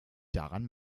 daran